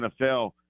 NFL –